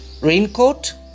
raincoat